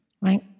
right